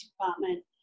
department